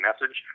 message